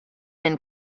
been